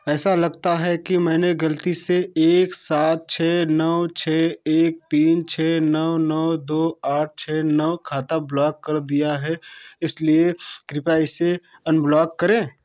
ऐसा लगता है कि मैंने गलती एक सात छः नौ छः एक तीन छः नौ नौ दो आठ छः नौ खाता ब्लॉक कर दिया है इसलिए कृपया इसे अनब्लॉक करें